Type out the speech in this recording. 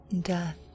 Death